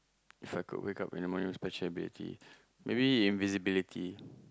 If I could wake up in the morning with special ability maybe invisibility